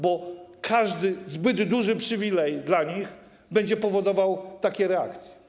Bo każdy zbyt duży przywilej dla nich będzie powodował takie reakcje.